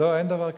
לא, אין דבר כזה.